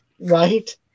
Right